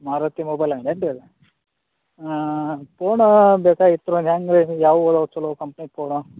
Maruti mobile ಅಂಗ್ಡಿ ಏನು ರೀ ಪೋಣಾ ಬೇಕಾಗಿತ್ತು ಹೇಗೆ ಯಾವುವು ಚೊಲೋ ಕಂಪ್ನೀದು ಪೋನ